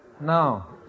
Now